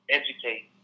educate